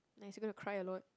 nice you going to cry a lot